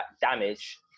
damage